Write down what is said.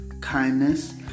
kindness